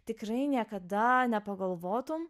tikrai niekada nepagalvotum